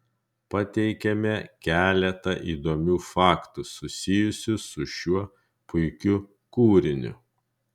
pateikiame keletą įdomių faktų susijusių su šiuo puikiu kūriniu